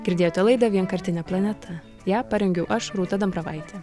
girdėjote laida vienkartinė planeta ją parengiau aš rūta dambravaitė